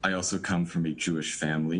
אני מגיע ממשפחה יהודית